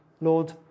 Lord